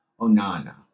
Onana